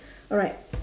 alright